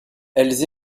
elles